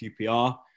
QPR